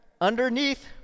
Underneath